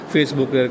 Facebook